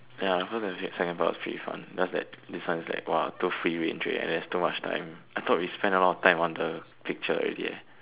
ya so that that second part was pretty fun just that this one is like !wah! too free range already eh and then there's too much time I thought we spent a lot of time on the picture already eh